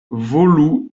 volu